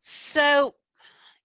so